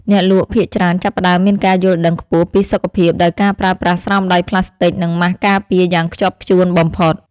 អ្នកលក់ភាគច្រើនចាប់ផ្ដើមមានការយល់ដឹងខ្ពស់ពីសុខភាពដោយការប្រើប្រាស់ស្រោមដៃប្លាស្ទិចនិងម៉ាសការពារយ៉ាងខ្ជាប់ខ្ជួនបំផុត។